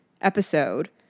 episode